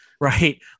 Right